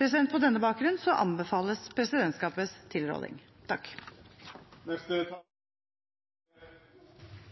På denne bakgrunn anbefales presidentskapets tilråding.